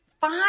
five